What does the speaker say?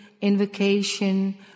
invocation